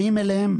באים אליהם,